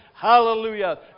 Hallelujah